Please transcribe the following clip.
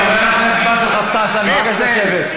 חבר הכנסת באסל גטאס, אני מבקש לשבת.